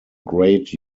great